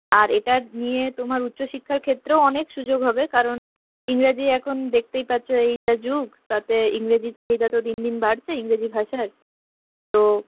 আর এটা নিয়ে তোমার উচ্চশিক্ষার ক্ষেত্রেও অনেক সুযোগ হবে কারণ ইংরাজি এখন দেখতেই পাচ্ছ এই যা যুগ তাতে ইংরেজির চাহিদা তো দিন দিন বাড়ছে ইংরেজি ভাষার তো